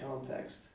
context